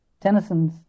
Tennyson's